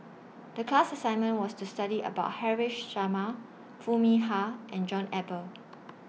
The class assignment was to study about Haresh Sharma Foo Mee Har and John Eber